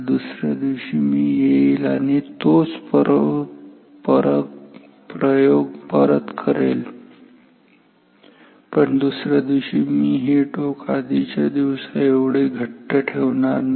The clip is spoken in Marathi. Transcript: दुसऱ्या दिवशी मी येईल आणि परत तोच प्रयोग करेल पण दुसऱ्या दिवशी मी हे टोक आधीच्या दिवसाएवढे घट्ट ठेवणार नाही